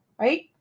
right